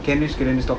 can you